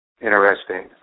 interesting